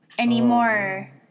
Anymore